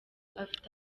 afite